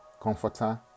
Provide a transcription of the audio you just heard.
Comforter